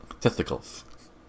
Testicles